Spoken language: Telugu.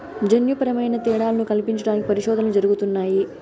జన్యుపరమైన తేడాలను కల్పించడానికి పరిశోధనలు జరుగుతున్నాయి